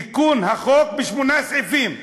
תיקון החוק בשמונה סעיפים.